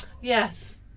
yes